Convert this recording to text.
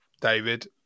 David